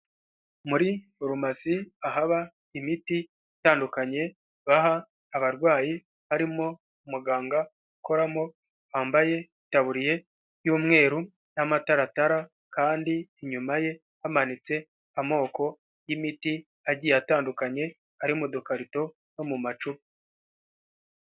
Muri farumasi ahaba imiti itandukanye baha abarwayi harimo umuganga ukoramo wambaye itaburiye y'umweru n'amataratara kandi inyuma ye hamanitse amoko y'imiti agiye atandukanye ari mu dukarito no mu macupa.